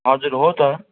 हजुर हो त